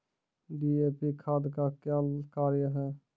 DAP खाद का क्या कार्य हैं?